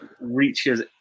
reaches